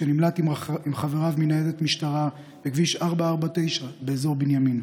כשנמלט עם חבריו מניידת משטרה בכביש 449 באזור בנימין.